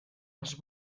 els